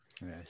Yes